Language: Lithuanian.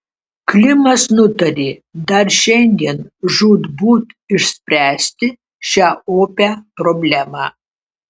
klimas nutarė dar šiandien žūtbūt išspręsti šią opią problemą